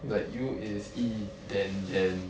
like you is then then